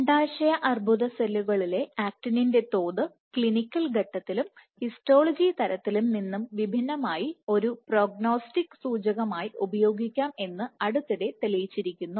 അണ്ഡാശയ അർബുദ സെല്ലുകളിലെ ആക്ടിനിൻറെ തോത്ക്ലിനിക്കൽ ഘട്ടത്തിലും ഹിസ്റ്റോളജി തരത്തിലും നിന്ന് വിഭിന്നമായി ഒരു പ്രോഗ്നോസ്റ്റിക് സൂചകമായി ഉപയോഗിക്കാംഎന്ന്അടുത്തിടെ തെളിയിച്ചിരിക്കുന്നു